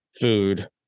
food